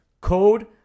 code